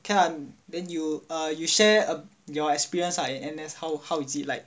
can ah then you uh you share your experience ah in N_S how how is it like